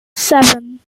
seven